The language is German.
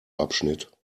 abschnitt